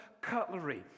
cutlery